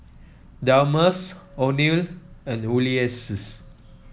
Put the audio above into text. Delmus Oneal and Ulises